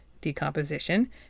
Decomposition